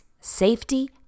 safety